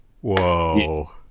whoa